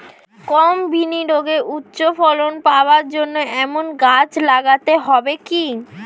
কম বিনিয়োগে উচ্চ ফলন পাওয়া যায় এমন গাছ লাগাতে হবে কি?